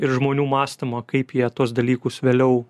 ir žmonių mąstymo kaip jie tuos dalykus vėliau